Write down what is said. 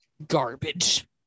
garbage